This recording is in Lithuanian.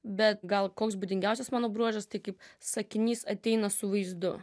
bet gal koks būdingiausias mano bruožas tai kaip sakinys ateina su vaizdu